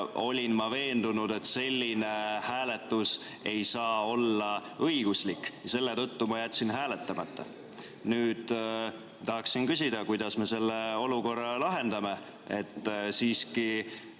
olin ma veendunud, et selline hääletus ei saa olla õiguslik, ja seetõttu jätsin hääletamata. Nüüd ma tahaksin küsida, kuidas me selle olukorra lahendame.